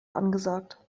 angesagt